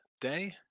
day